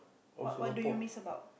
what what do you miss about